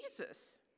Jesus